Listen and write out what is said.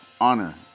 honor